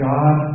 God